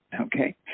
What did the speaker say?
Okay